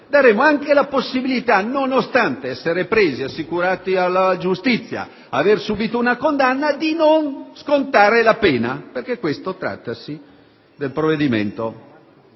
daremo anche la possibilità - nonostante essere stati presi, assicurati alla giustizia e aver subito una condanna - di non scontare la pena. Di questo trattasi nel provvedimento